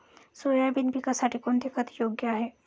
Soybean पिकासाठी कोणते खत योग्य आहे?